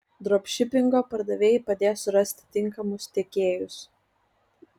dropšipingo pardavėjai padės surasti tinkamus tiekėjus